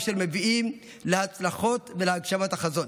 אשר מביאים להצלחות ולהגשמת החזון